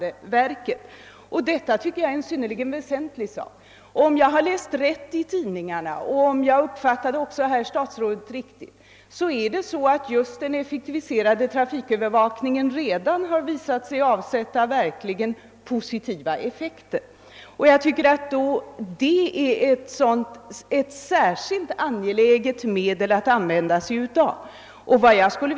Detta tycker jag är en synnerligen väsentlig sak. Om jag har läst rätt i tidningarna och om jag fattade statsrådet rätt har effektiviseringen av trafikövervakningen redan avsatt positiva effekter. Jag tycker att det är särskilt angeläget att man använder sig av detta medel.